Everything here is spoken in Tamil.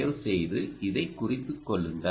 தயவு செய்து இதை குறித்துக்கொள்ளுங்கள்